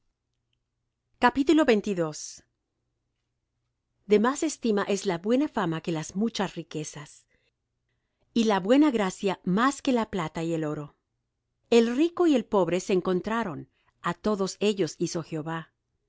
salvar de más estima es la buena fama que las muchas riquezas y la buena gracia más que la plata y el oro el rico y el pobre se encontraron a todos ellos hizo jehová el